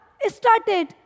started